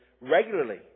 regularly